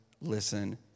listen